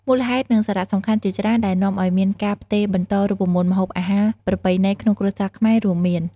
មូលហេតុ និងសារៈសំខាន់ជាច្រើនដែលនាំឱ្យមានការផ្ទេរបន្តរូបមន្តម្ហូបអាហារប្រពៃណីក្នុងគ្រួសារខ្មែរ រួមមាន៖